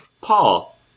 Paul